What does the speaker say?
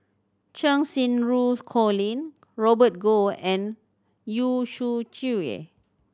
Cheng Xinru Colin Robert Goh and Yu Zhuye